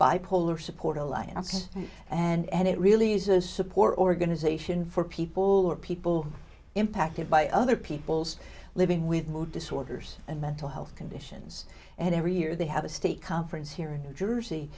bipolar support alliance and it really is a support organization for people or people impacted by other people's living with mood disorders and mental health conditions and every year they have a state conference here in new jersey